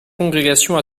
congrégation